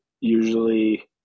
usually